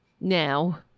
now